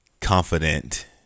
confident